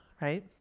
right